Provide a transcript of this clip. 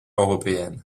européenne